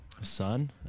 son